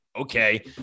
okay